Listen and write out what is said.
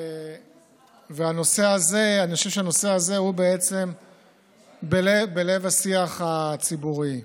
ואני חושב שהנושא הזה הוא בעצם בלב השיח הציבורי.